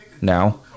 now